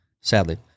sadly